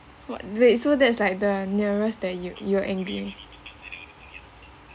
what wait so that's like the nearest that you you are angry